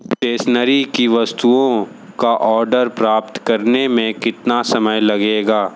stationery की वस्तुओं का आर्डर प्राप्त करने में कितना समय लगेगा